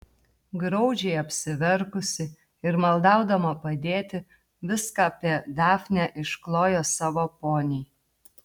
graudžiai apsiverkusi ir maldaudama padėti viską apie dafnę išklojo savo poniai